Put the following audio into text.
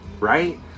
right